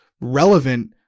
relevant